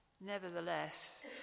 Nevertheless